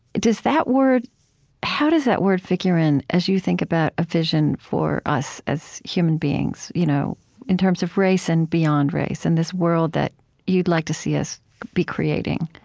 does that word how does that word figure in as you think about a vision for us, as human beings, you know in terms of race and beyond race, in this world that you'd like to see us be creating?